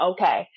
Okay